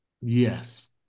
yes